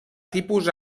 tipus